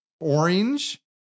Orange